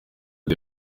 the